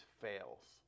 fails